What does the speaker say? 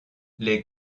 les